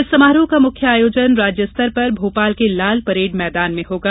इस समारोह का मुख्य आयोजन राज्य स्तर पर भोपाल के लाल परेड मैदान में होगा